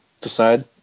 Decide